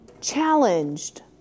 challenged